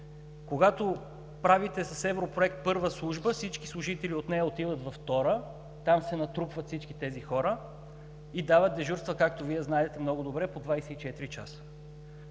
Когато правите с европроект Първа служба, всички служители от нея отиват във Втора, там се натрупват всички тези хора и дават дежурства, както Вие знаете много добре, по 24 часа.